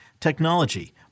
technology